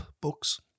books